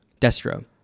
Destro